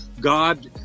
god